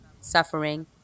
suffering